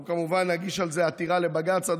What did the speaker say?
אנחנו כמובן נגיש על זה עתירה לבג"ץ,